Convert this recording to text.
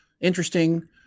interesting